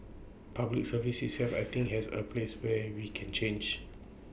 Public Service itself I think there are places where we can change